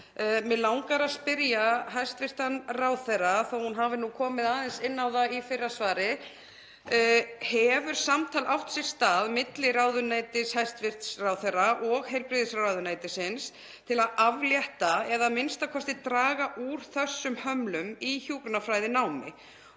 Mig langar að spyrja hæstv. ráðherra, þó að hún hafi komið aðeins inn á það í fyrra svari: Hefur samtal átt sér stað milli ráðuneytis hæstv. ráðherra og heilbrigðisráðuneytisins til að aflétta eða a.m.k. draga úr þessum hömlum í hjúkrunarfræðinámi?